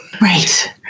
right